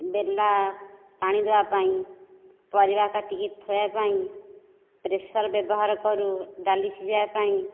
ବେଲା ପାଣି ଦେବା ପାଇଁ ପରିବା କାଟିକି ଥୋଇବା ପାଇଁ ପ୍ରେସର୍ ବ୍ୟବହାର କରୁ ଡାଲି ସିଝାଇବା ପାଇଁ